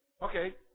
Okay